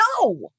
No